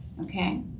Okay